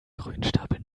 grünschnabel